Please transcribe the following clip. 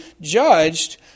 judged